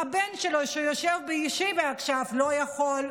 הבן שלו שיושב בישיבה עכשיו לא יכול,